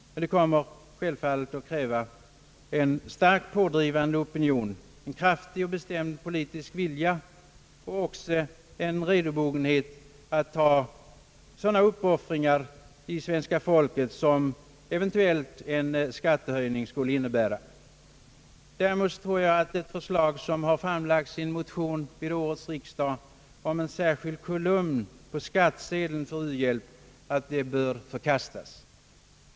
Men det kommer självfallet att kräva en starkt pådrivande opinion, en bestämd politisk vilja samt också en redobogenhet hos svenska folket att göra uppoffringar som vid behov en eventuell skattehöjning skulle innebära. Däremot tror jag att ett förslag som framlagts i en motion till årets riksdag om en särskild kolumn på skattsedeln för u-hjälp bör förkastas.